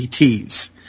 ETs